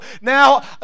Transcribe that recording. now